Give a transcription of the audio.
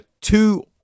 two